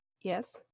Yes